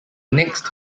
next